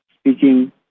speaking